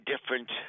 different